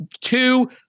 Two